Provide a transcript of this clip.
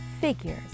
Figures